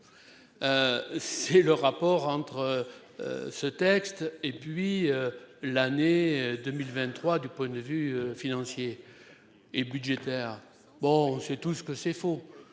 C'est le rapport entre. Ce texte et puis l'année 2023. Du point de vue financier. Et budgétaire. Bon c'est tout ce que c'est faux